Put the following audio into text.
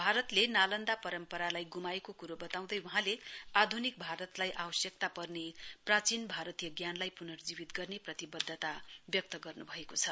भारतले नालन्दा परम्परालाई ग्माएको क्रो बताउँदै वहाँले आध्निक भारतलाई आवश्यकता पर्ने प्राचीन भारतीय ज्ञानलाई पुनर्जीवित गर्ने प्रतिवध्दता व्यक्त गर्नुभएको छ